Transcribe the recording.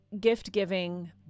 gift-giving